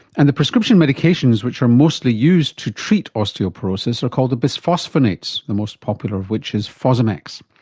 and the prescription medications which are mostly used to treat osteoporosis are called bisphosphonates, the most popular of which is fosamax.